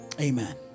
Amen